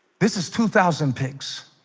this is two thousand pigs